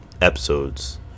episodes